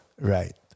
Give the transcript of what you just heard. Right